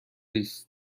است